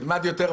ירים את ידו.